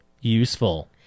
useful